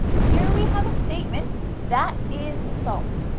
here we have a statement, that is salt.